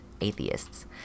atheists